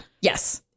Yes